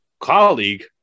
colleague